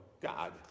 God